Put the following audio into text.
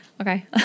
Okay